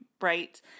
right